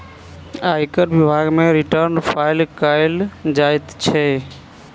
आयकर विभाग मे रिटर्न फाइल कयल जाइत छै